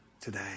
today